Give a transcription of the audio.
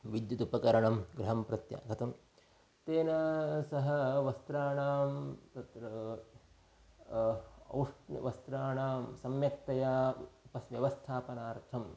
विद्युत् उपकरणं गृहं प्रत्यागतं तेन सह वस्त्राणां तत्र औष्ण्यवस्त्राणां सम्यक्तया व्यवस्थापनार्थं